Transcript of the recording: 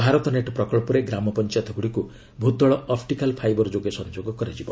Bharat net ପ୍ରକଳ୍ପରେ ଗ୍ରାମପଞ୍ଚାୟତଗୁଡିକୁ ଭୂତଳ ଅପଟିକାଲ ଫାଇବର ଯୋଗେ ସଂଯୋଗ କରାଯିବ